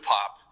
Pop